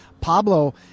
Pablo